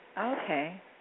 Okay